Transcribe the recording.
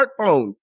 smartphones